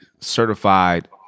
certified